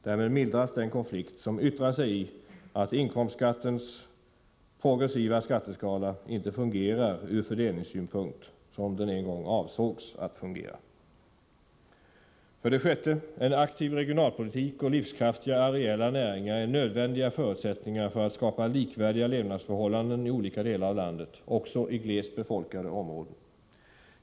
Därmed mildras den konflikt som yttrar sig i att inkomstskattens progressiva skatteskala inte fungerar ur fördelningssynpunkt såsom den en gång avsågs att fungera. 6. En aktiv regionalpolitik och livskraftiga areella näringar är nödvändiga förutsättningar för att skapa likvärdiga levnadsförhållanden i olika delar av landet, också i glest befolkade områden.